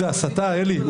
"מזעזעים" זה הסתה, אלי?